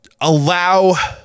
allow